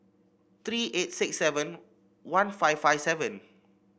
three eight six seven one five five seven